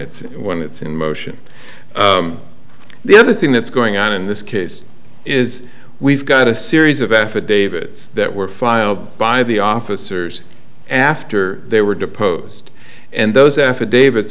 it's when it's in motion the other thing that's going on in this case is we've got a series of affidavits that were filed by the officers after they were deposed and those affidavit